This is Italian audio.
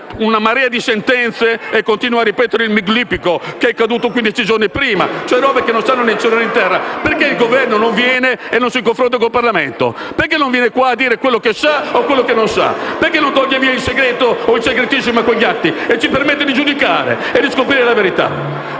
una marea di sentenze, e continua a ripetere del MIG libico che è caduto quindici giorni prima? Sono cose che non stanno né in cielo né in terra! Perché il Governo non viene a confrontarsi con il Parlamento? Perché non viene qui a dire quello che sa o quello che non sa? Perché non toglie il segreto o il segretissimo su quegli atti e ci permette di giudicare e di scoprire la verità?